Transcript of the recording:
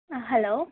ஆ hello